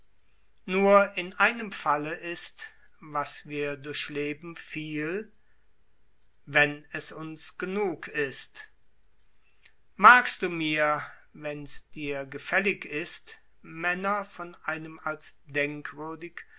nur in einem falle ist was wir durchleben viel wenn es uns genug ist magst du mir wenn's dir gefällig ist männer von einem als denkwürdig